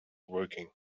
woking